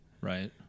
Right